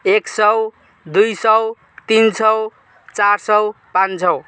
एक सौ दुई सौ तिन सौ चार सौ पाँच सौ